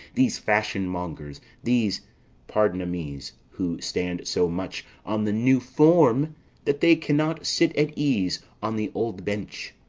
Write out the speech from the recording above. these fashion-mongers these pardona-mi's, who stand so much on the new form that they cannot sit at ease on the old bench?